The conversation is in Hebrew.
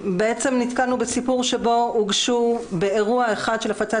נתקלנו בסיפור בו הוגשו באירוע אחד של הפצת